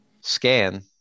scan